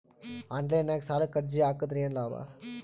Online ನಾಗ್ ಸಾಲಕ್ ಅರ್ಜಿ ಹಾಕದ್ರ ಏನು ಲಾಭ?